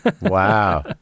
Wow